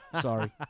Sorry